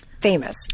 famous